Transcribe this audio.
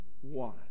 one